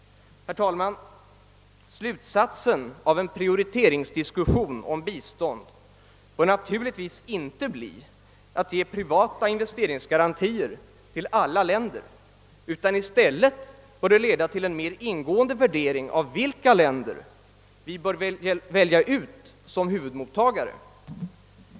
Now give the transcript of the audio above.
Herr talman! Resultatet av en prioriteringsdiskussion om bistånd får inte bli att vi ger privata investeringsgarantier till alla länder, utan i stället bör den leda till en mera ingående värdering av vilka länder vi bör välja ut som huvudmottagare.